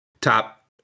top